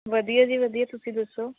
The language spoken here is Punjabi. ਵਧੀਆ ਜੀ ਵਧੀਆ ਤੁਸੀਂ ਦੱਸੋ